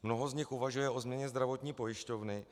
Mnoho z nich uvažuje o změně zdravotní pojišťovny.